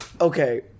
Okay